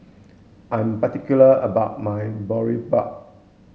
I'm particular about my Boribap